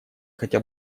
хотя